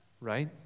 right